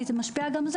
והיא משפיעה גם על זה,